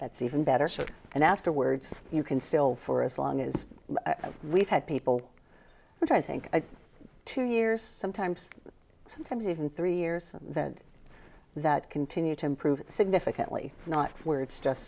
that's even better show and afterwards you can still for as long as we've had people but i think two years sometimes sometimes even three years that continue to improve significantly not where it's just